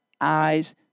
eyes